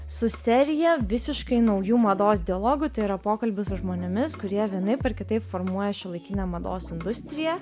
su serija visiškai naujų mados dialogų tai yra pokalbių su žmonėmis kurie vienaip ar kitaip formuoja šiuolaikinę mados industriją